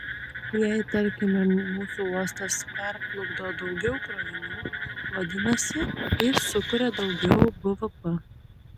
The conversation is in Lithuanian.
jei tarkime mūsų uostas perplukdo daugiau krovinių vadinasi jis sukuria daugiau bvp